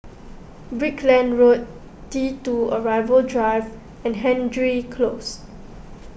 Brickland Road T two Arrival Drive and Hendry Close